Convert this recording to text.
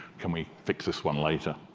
can we fix this one later?